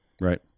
Right